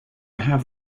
have